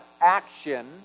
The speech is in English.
action